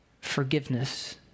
Forgiveness